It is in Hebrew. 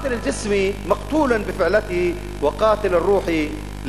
לַוּ נַטַ'רוּ/ פַסַארִקֻ אל-זַהְר